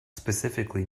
specifically